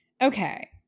Okay